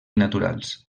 naturals